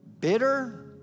Bitter